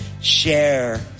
share